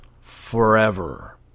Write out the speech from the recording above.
forever